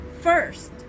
first